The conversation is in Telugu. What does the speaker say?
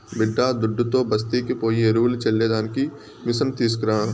బిడ్డాదుడ్డుతో బస్తీకి పోయి ఎరువులు చల్లే దానికి మిసను తీస్కరా